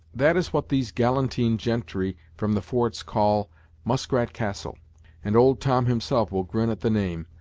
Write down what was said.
that is what these galantine gentry from the forts call muskrat castle and old tom himself will grin at the name,